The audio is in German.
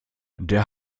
der